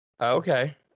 Okay